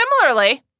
Similarly